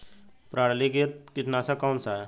प्रणालीगत कीटनाशक कौन सा है?